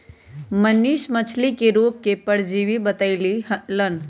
मनीष मछ्ली के रोग के परजीवी बतई लन